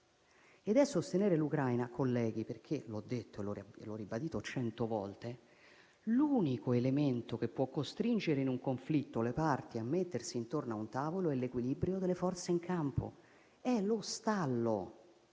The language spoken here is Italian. è sostenere l'Ucraina e questo, colleghi, perché - l'ho detto e ribadito cento volte - l'unico elemento che può costringere in un conflitto le parti a mettersi intorno a un tavolo è l'equilibrio delle forze in campo, lo stallo.